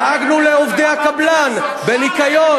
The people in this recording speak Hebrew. דאגנו לעובדי הקבלן בניקיון,